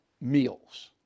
meals